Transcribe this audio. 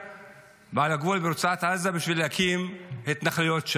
בגבול רצועת עזה בשביל להקים שם התנחלויות.